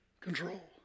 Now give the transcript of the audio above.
control